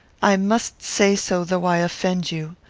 i must say so, though i offend you.